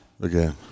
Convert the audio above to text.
Again